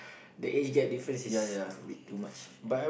the age gap difference is bit too much